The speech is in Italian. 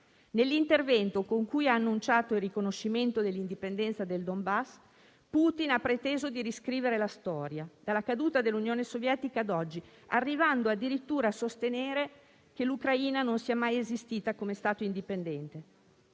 Nell'intervento con cui ha annunciato il riconoscimento dell'indipendenza del Donbass, Putin ha preteso di riscrivere la storia: dalla caduta dell'Unione Sovietica ad oggi, arrivando addirittura a sostenere che l'Ucraina non sia mai esistita come Stato indipendente.